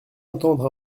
entendre